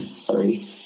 sorry